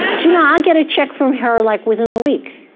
ah get a check from her, like, within the week.